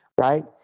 right